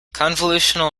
convolutional